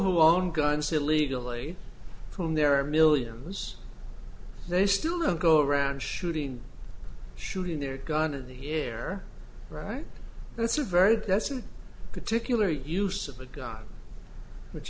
who own guns illegally whom there are millions they still go around shooting shooting their gun of the air right that's a very that's an particular use of a gun which